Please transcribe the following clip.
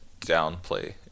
downplay